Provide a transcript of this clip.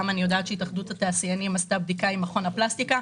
גם אני יודעת שהתאחדות התעשיינים עשתה בדיקה עם מכון הפלסטיקה.